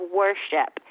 worship